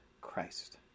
Christ